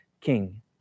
king